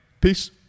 Peace